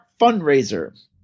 fundraiser